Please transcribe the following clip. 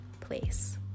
place